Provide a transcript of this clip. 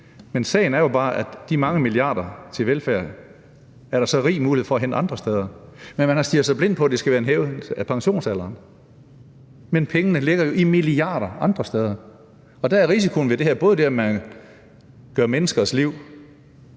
Men sagen er jo bare, at de mange milliarder til velfærd er der så rig mulighed for at hente andre steder, men man har stirret sig blind på, at det skal være via en hævelse af pensionsalderen. Pengene ligger jo i milliardstørrelse andre steder. Risikoen ved det her er, at man gør menneskers liv